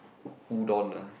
udon ah